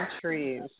trees